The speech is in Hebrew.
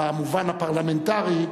במובן הפרלמנטרי,